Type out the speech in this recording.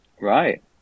Right